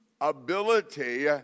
ability